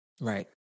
Right